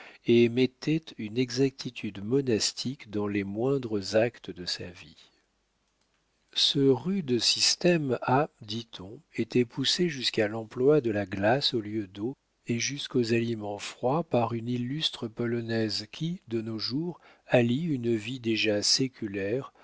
et mettait une exactitude monastique dans les moindres actes de sa vie ce rude système a dit-on été poussé jusqu'à l'emploi de la glace au lieu d'eau et jusqu'aux aliments froids par une illustre polonaise qui de nos jours allie une vie déjà séculaire